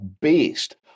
based